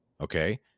okay